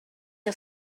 els